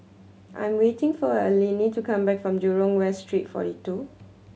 I am waiting for Eleni to come back from Jurong West Street Forty Two